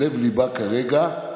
הוועדה המסדרת זה לב-ליבה, כרגע,